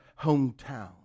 hometown